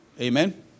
Amen